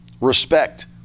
respect